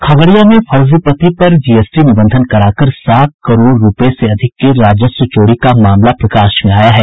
खगड़िया में फर्जी पते पर जीएसटी निबंधन कराकर सात करोड़ रूपये से अधिक के राजस्व चोरी का मामला प्रकाश में आया है